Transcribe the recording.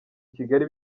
kigali